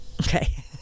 okay